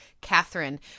Catherine